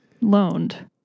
loaned